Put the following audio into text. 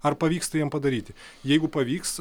ar pavyks tai jiem padaryti jeigu pavyks